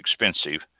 expensive